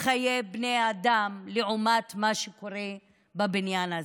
חיי בני אדם לעומת מה שקורה בבניין הזה?